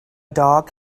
dog